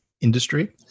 industry